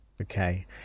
okay